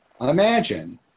Imagine